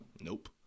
Nope